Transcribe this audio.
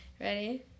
Ready